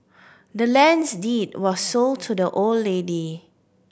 the land's deed was sold to the old lady